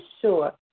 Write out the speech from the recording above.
sure